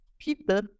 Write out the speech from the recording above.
people